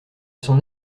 son